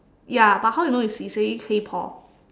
ya but how you know is he saying hey Paul